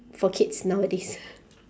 for kids nowadays